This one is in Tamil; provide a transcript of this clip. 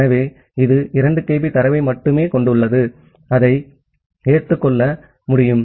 ஆகவே இது 2 kB தரவை மட்டுமே கொண்டுள்ளது அதை ஏற்றுக்கொள்ள முடியும்